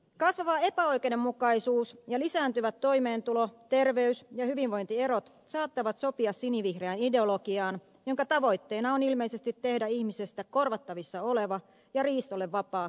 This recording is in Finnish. kasvava epäoikeudenmukaisuus ja lisääntyvät toimeentulo terveys ja hyvinvointierot saattavat sopia sinivihreään ideologiaan jonka tavoitteena on ilmeisesti tehdä ihmisestä korvattavissa oleva ja riistolle vapaa kertakäyttöhyödyke